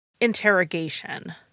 interrogation